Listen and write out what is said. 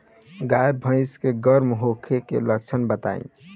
गाय भैंस के गर्म होखे के लक्षण बताई?